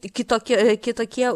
kitokia kitokie